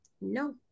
No